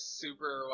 super